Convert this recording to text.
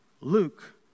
Luke